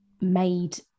made